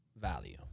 value